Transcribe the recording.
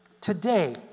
Today